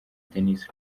denis